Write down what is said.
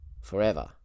Forever